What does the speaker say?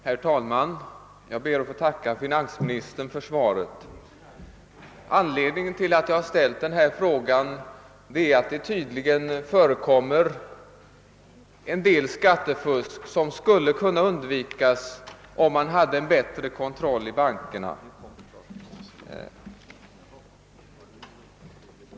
Herr talman! Jag ber att få lacka finansministern för svaret. Anledningen till att jag framställt min fråga är att det tydligen förekommer en del skattefusk som skulle kunna undvikas om man hade en bättre kontroll i bankerna.